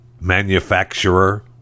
manufacturer